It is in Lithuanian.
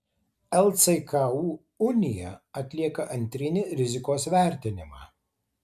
lcku unija atlieka antrinį rizikos vertinimą